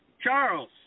Charles